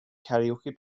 karaoke